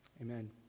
Amen